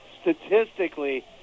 statistically